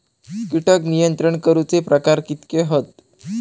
कीटक नियंत्रण करूचे प्रकार कितके हत?